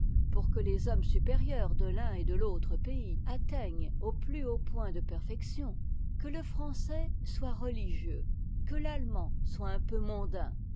pour que les hommes supérieurs de l'un et de l'autre pays atteignent au plus haut point de perfection que le français soit religieux et que l'allemand soit un peu mondain